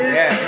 Yes